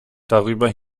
darüber